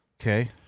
Okay